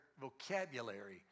vocabulary